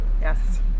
Yes